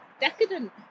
decadent